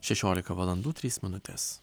šešiolika valandų trys minutes